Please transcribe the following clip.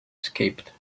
escaped